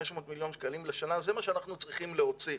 זה מה שאנחנו צריכים להוציא.